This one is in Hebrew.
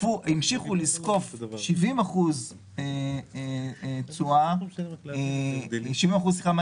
המשיכו לזקוף 70% תשואה על